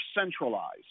centralized